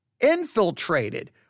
infiltrated